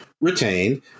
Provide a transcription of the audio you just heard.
retained